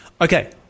Okay